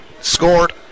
scored